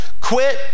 Quit